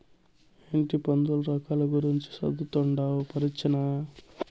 ఏందీ పందుల రకాల గూర్చి చదవతండావ్ పరీచ్చనా